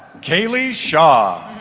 kalie shaw